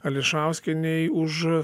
ališauskienei už